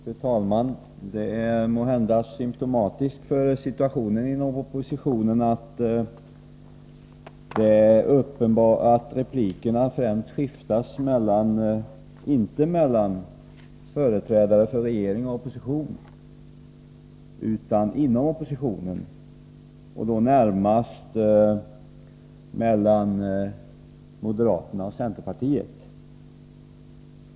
Fru talman! Det är måhända symptomatiskt för situationen inom oppositionen att replikerna skiftas främst inte mellan företrädare för regering och opposition utan inom oppositionen och då närmast mellan moderaterna och centerpartiet.